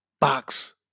box